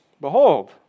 behold